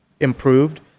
improved